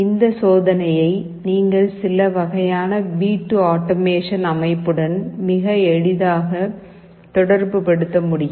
இந்த சோதனையை நீங்கள் சில வகையான வீட்டு ஆட்டோமேஷன் அமைப்புடன் மிக எளிதாக தொடர்புபடுத்த முடியும்